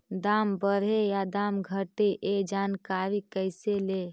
दाम बढ़े या दाम घटे ए जानकारी कैसे ले?